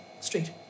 street